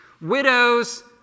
Widows